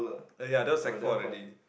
uh ya that was sec four already